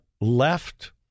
left